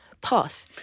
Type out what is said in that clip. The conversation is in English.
path